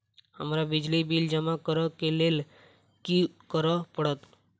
हमरा बिजली बिल जमा करऽ केँ लेल की करऽ पड़त?